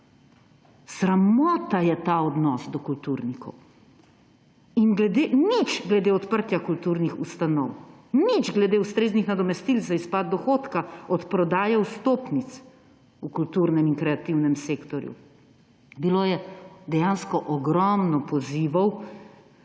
Sramota je ta odnos do kulturnikov! In nič glede odprtja kulturnih ustanov, nič glede ustreznih nadomestil za izpad dohodka od prodaje vstopnic v kulturnem in kreativnem sektorju. Bilo je dejansko ogromno pozivov,